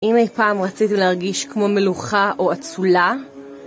אם אי פעם רציתי להרגיש כמו מלוכה או אצולה?